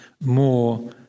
More